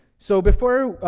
so before,